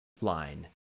line